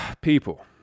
People